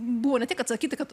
buvo ne tik atsakyti kad